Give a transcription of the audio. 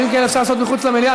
דברים כאלה אפשר לעשות מחוץ למליאה.